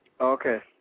Okay